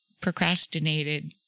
procrastinated